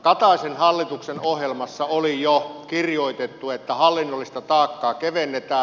kataisen hallituksen ohjelmassa oli jo kirjoitettu että hallinnollista taakkaa kevennetään